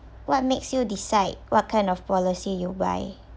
what makes you decide what kind of policy you buy